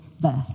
verse